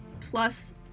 plus